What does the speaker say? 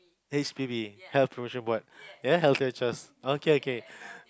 H_P_B health promotion board healthier choice oh okay okay